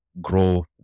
grow